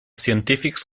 científics